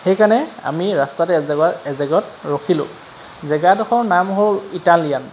সেইকাৰণে আমি ৰাস্তাত এজেগাত এজেগাত ৰখিলোঁ জেগাডোখৰৰ নাম হ'ল ইটালীয়ান